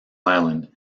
island